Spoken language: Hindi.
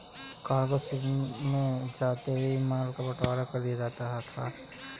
कार्गो शिप में जाते ही माल का बंटवारा कर दिया जाता है